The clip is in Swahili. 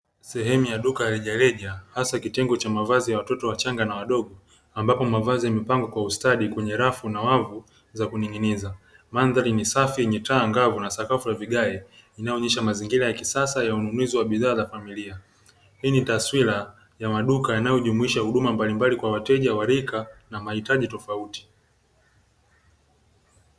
Sehemu ya duka rejareja hasa kitengo cha mavazi ya watoto wachanga na wadogo, ambapo mavazi yamepangwa kwa ustadi kwenye rafu na wavu za kuning'inizwa, mandhari ni safi yenye taa angavu na sakafu ya vigae yanayoonesha mazingira ya kisasa ya ununuzi wa bidhaa za familia. Hii ni taswira ya maduka yanayojumuisha huduma mbalimbali kwa wateja wa rika na mahitaji tofauti tofauti.